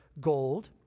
gold